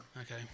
Okay